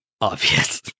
obvious